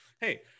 hey